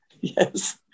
Yes